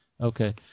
Okay